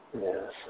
Yes